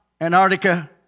Antarctica